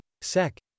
SEC